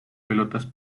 pelotas